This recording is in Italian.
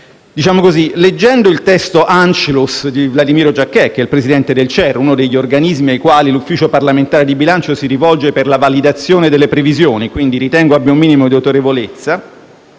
Paese. Leggendo il testo «Anschluss» di Vladimiro Giacchè, il presidente del CER, uno degli organismi ai quali l'Ufficio parlamentare di bilancio si rivolge per la validazione delle previsioni (quindi ritengo abbia un minimo di autorevolezza),